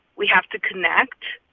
we have to connect.